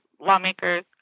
lawmakers